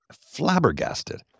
Flabbergasted